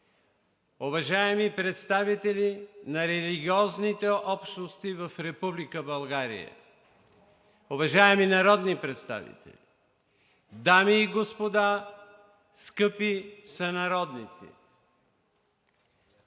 уважаеми представители на религиозните общности в Република България, уважаеми народни представители, дами и господа, скъпи сънародници!